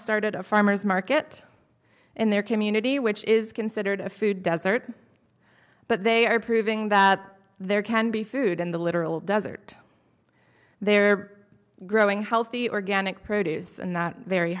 started a farmer's market in their community which is considered a food desert but they are proving that there can be food in the literal desert their growing healthy organic produce and